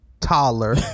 Taller